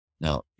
Now